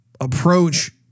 approach